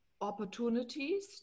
opportunities